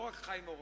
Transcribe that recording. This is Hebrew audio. לא רק חיים אורון.